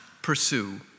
Pursue